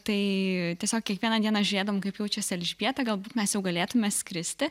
tai tiesiog kiekvieną dieną žiūrėdavom kaip jaučiasi elžbieta galbūt mes jau galėtume skristi